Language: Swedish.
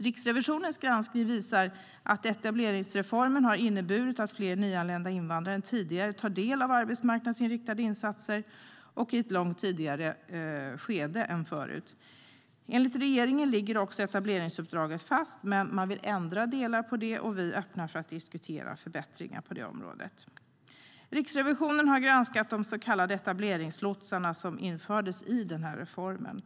Riksrevisionens granskning visar att etableringsreformen har inneburit att fler nyanlända invandrare tidigare tar del av arbetsmarknadsinriktade insatser i ett långt tidigare skede än förut. Enligt regeringen ligger också etableringsuppdraget fast, men man vill ändra på delar i det, och vi är öppna för att diskutera förbättringar på det området. Riksrevisionen har granskat de så kallade etableringslotsarna som också infördes genom denna reform.